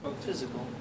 Physical